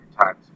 times